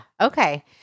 Okay